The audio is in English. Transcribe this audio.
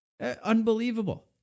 unbelievable